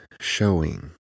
showing